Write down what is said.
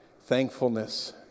thankfulness